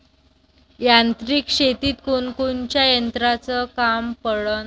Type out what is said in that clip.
यांत्रिक शेतीत कोनकोनच्या यंत्राचं काम पडन?